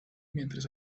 mientras